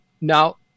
Now